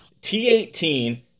T18